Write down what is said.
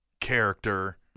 character